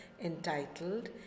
entitled